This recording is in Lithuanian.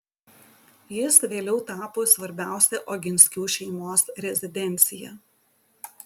jis vėliau tapo svarbiausia oginskių šeimos rezidencija